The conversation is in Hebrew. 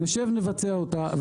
נשב ונבצע אותה,